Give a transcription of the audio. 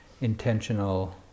intentional